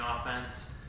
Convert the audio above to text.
offense